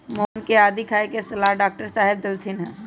मोहन के आदी खाए के सलाह डॉक्टर साहेब देलथिन ह